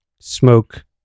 Smoke